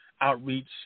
outreach